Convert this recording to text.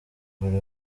buri